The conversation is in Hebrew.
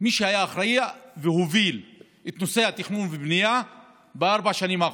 מי שהיה אחראי והוביל את נושא התכנון והבנייה בארבע השנים האחרונות.